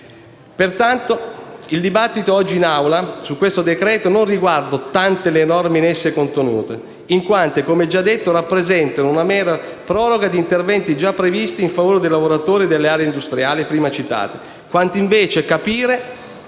Pertanto, il dibattito in Aula di oggi su questo decreto-legge non riguarda tanto le norme in esso contenute, in quanto esse - come già detto - rappresentano una mera proroga di interventi già previsti in favore dei lavoratori delle aree industriali prima citate, quanto invece la